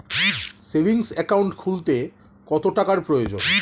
Savings account খুলতে কত টাকার প্রয়োজন?